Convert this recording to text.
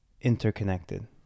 interconnected